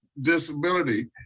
disability